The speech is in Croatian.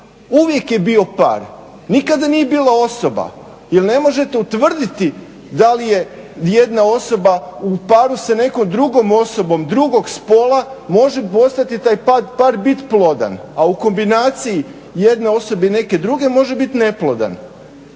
uvijek je bio par, nikada nije bila osoba jer ne možete utvrditi da li je jedna osoba u paru sa nekom drugom osobom drugog spola može … taj par biti plodan, a u kombinaciji jedne osobe i neke druge može bit neplodan.